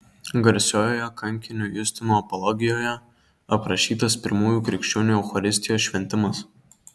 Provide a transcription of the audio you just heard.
garsiojoje kankinio justino apologijoje aprašytas pirmųjų krikščionių eucharistijos šventimas